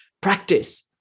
Practice